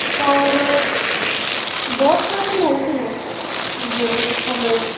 ਔਰ ਬਹੁਤ ਸਾਰੇ ਲੋਕ ਨੇ ਜਿਹੜੇ ਇੱਥੋਂ ਦੇ